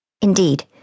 Indeed